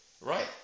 right